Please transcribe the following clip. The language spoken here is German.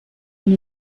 und